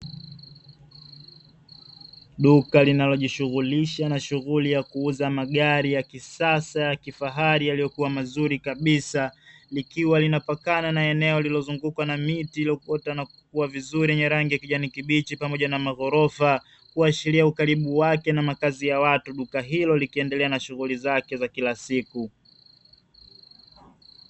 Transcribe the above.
Duka linalojishughulisha na shughuli ya kuuza magari ya kisasa, ya kifahari, yaliyokuwa mazuri kabisa, likiwa linapakana na eneo lililozungukwa na miti iliyoota na kukua vizuri yenye rangi ya kijani kibichi pamoja na maghorofa, kuashiria ukaribu wake na makazi ya watu. Duka hilo likiendelea na shughuli zake za kila siku.